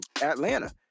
atlanta